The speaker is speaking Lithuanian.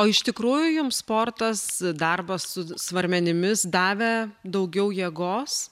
o iš tikrųjų jums sportas darbas su svarmenimis davė daugiau jėgos